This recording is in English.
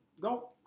go